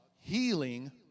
healing